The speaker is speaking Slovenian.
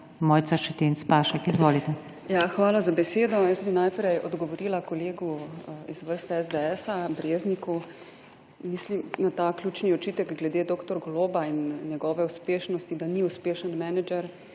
PAŠEK (PS Svoboda):** Ja, hvala za besedo. Jaz bi najprej odgovorila kolegu iz vrst SDS-a Brezniku, mislim na ta ključni očitek glede dr. Goloba in njegove uspešnosti, da ni uspešen menedžer.